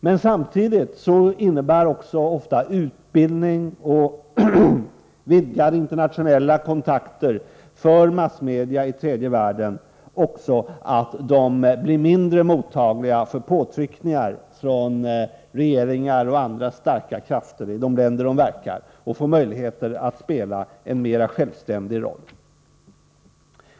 Men samtidigt innebär ofta utbildning och vidgade internationella kontakter för massmedia i tredje världen också att de blir mindre mottagliga för påtryckningar från regeringar och andra starka krafter i de länder där de verkar — att de får möjligheter att spela en mera självständig roll.